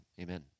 Amen